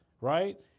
Right